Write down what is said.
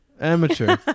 amateur